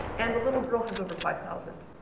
and the little girl has over five thousand.